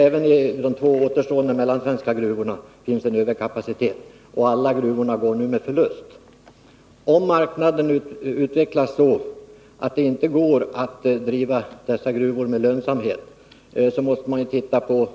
Även i de två återstående mellansvenska gruvorna finns en överkapacitet, och alla gruvor går nu med förlust. Om marknaden utvecklas så att det inte går att driva dessa gruvor med lönsamhet, så måste man titta på